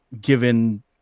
given